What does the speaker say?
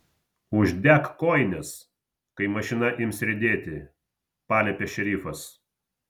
uždek kojines kai mašina ims riedėti paliepė šerifas